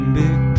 big